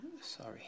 Sorry